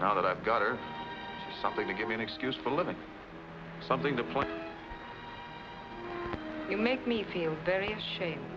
now that i've got or something to give me an excuse for living something the point you make me feel very sha